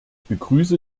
begrüße